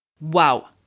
wow